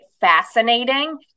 fascinating